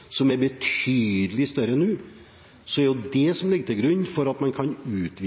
som er betydelig større nå, så er det det som ligger til grunn for at man kan utvide